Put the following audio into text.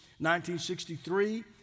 1963